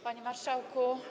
Panie Marszałku!